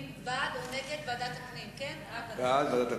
בעד,